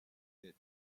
did